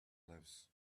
lives